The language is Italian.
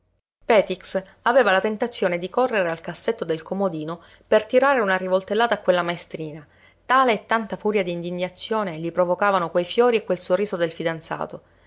petix aveva la tentazione di correre al cassetto del comodino per tirare una rivoltellata a quella maestrina tale e tanta furia d'indignazione gli provocavano quei fiori e quel sorriso del fidanzato